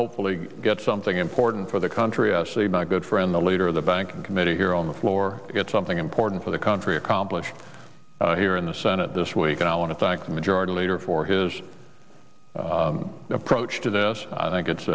hopefully get something important for the country actually by a good friend the leader of the banking committee here on the floor to get something important for the country accomplished here in the senate this week and i want to thank the majority leader for his approach to this i think it's